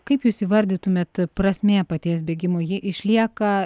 kaip jūs įvardytumėt prasmė paties bėgimo ji išlieka